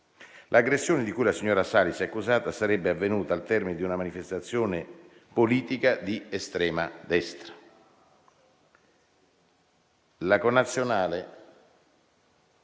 L'aggressione di cui la signora Salis è accusata sarebbe avvenuta al termine di una manifestazione politica di estrema destra. La connazionale,